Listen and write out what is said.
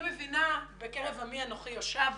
בקרב עמי אנכי יושבת,